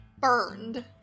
burned